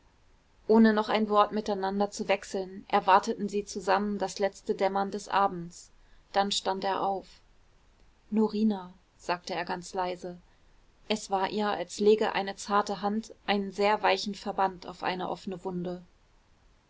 ohne noch ein wort miteinander zu wechseln erwarteten sie zusammen das letzte dämmern des abends dann stand er auf norina sagte er ganz leise es war ihr als lege eine zarte hand einen sehr weichen verband auf eine offene wunde